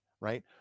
right